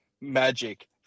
magic